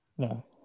no